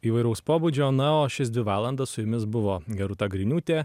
įvairaus pobūdžio na o šias dvi valandas su jumis buvo gerūta griniūtė